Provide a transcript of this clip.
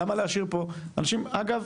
למה להשאיר פה אנשים, אגב,